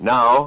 Now